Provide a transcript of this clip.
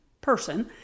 person